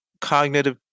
cognitive